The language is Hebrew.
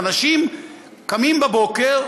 אנשים קמים בבוקר,